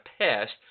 past